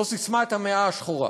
זו ססמת המאה השחורה.